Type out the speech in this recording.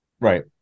Right